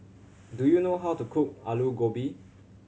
do you know how to cook Aloo Gobi